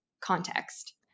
context